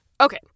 Okay